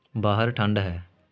ਬਾਹਰ ਠੰਡ ਹੈ